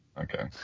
Okay